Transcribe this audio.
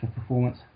performance